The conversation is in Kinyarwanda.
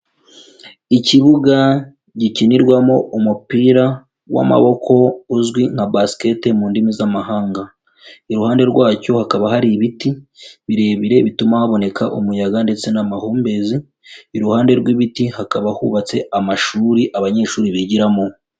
Ikibuga gikinirwamo umupira w'amaboko uzwi nka Basket mu ndimi z'amahanga, iruhande rwacyo hakaba hari ibiti birebire bituma haboneka umuyaga ndetse n'amahumbezi, iruhande rw'ibiti hakaba hubatse amashuri abanyeshuri bigiramo.